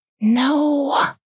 No